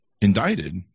indicted